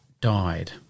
died